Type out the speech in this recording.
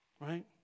Right